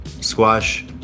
Squash